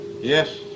Yes